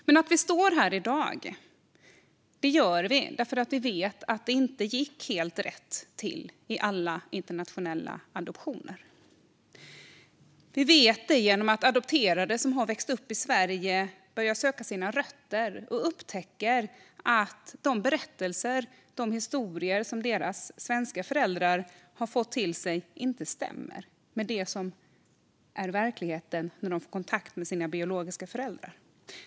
Vi står här i dag därför att vi vet att det inte gick helt rätt till i alla internationella adoptioner. Vi vet det genom att adopterade som har växt upp i Sverige börjar söka sina rötter och då upptäcker att de berättelser och historier som deras svenska föräldrar har fått till sig inte stämmer med den verklighet de får höra om när de får kontakt med sina biologiska föräldrar.